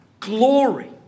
Glory